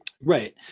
Right